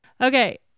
okay